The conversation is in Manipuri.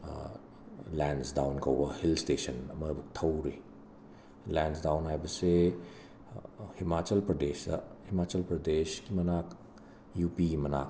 ꯂꯦꯟꯁꯗꯥꯎꯟ ꯀꯧꯕ ꯍꯤꯜ ꯁ꯭ꯇꯦꯁꯟ ꯑꯃꯕꯨꯛ ꯊꯧꯔꯨꯏ ꯂꯦꯟꯁꯗꯥꯎꯟ ꯍꯥꯏꯕꯁꯦ ꯍꯤꯃꯥꯆꯜ ꯄ꯭ꯔꯗꯦꯁꯁ ꯍꯤꯃꯥꯆꯜ ꯄ꯭ꯔꯗꯦꯁꯀꯤ ꯃꯅꯥꯛ ꯌꯨ ꯄꯤꯒꯤ ꯃꯅꯥꯛ